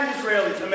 Israelis